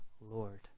Lord